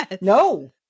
No